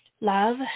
Love